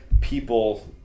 people